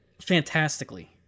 fantastically